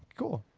cool.